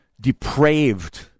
depraved